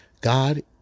God